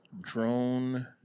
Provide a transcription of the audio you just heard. Drone